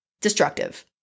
destructive